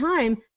time